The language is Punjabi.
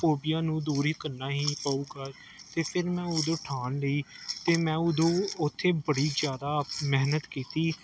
ਫੋਬੀਆ ਨੂੰ ਦੂਰ ਹੀ ਕਰਨਾ ਹੀ ਪਵੇਗਾ ਅਤੇ ਫਿਰ ਮੈਂ ਉਦੋਂ ਠਾਣ ਲਈ ਅਤੇ ਮੈਂ ਉਦੋਂ ਉੱਥੇ ਬੜੀ ਜ਼ਿਆਦਾ ਮਿਹਨਤ ਕੀਤੀ